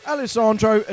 Alessandro